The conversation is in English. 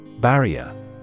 Barrier